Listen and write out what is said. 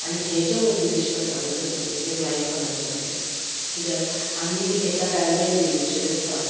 आनी हें जें मोटिवेशन आसा पळय तें प्रत्येकाक लायफान आसूंक जाय किद्याक आमी एका टायमार झिरोचेर आसता